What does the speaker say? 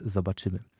Zobaczymy